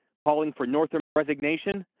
calling for northam's resignation,